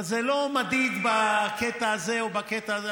אבל זה לא מדיד בקטע הזה או בקטע הזה.